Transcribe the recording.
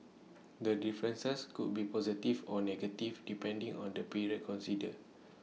the differences could be positive or negative depending on the period considered